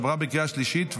עברה בקריאה השלישית,